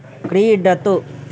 क्रीडतु